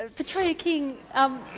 ah petrea king, um